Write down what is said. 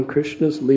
Krishna's